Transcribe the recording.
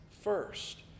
first